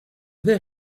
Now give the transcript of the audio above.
ver